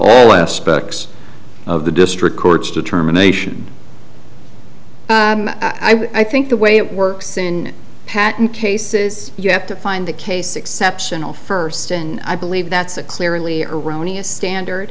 all aspects of the district court's determination i think the way it works in patent cases you have to find the case exceptional first and i believe that's a clearly erroneous standard